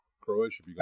Croatia